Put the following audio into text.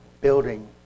building